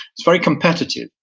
it's very competitive.